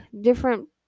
different